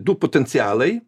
du potencialai